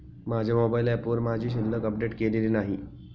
माझ्या मोबाइल ऍपवर माझी शिल्लक अपडेट केलेली नाही